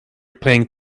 playing